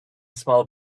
small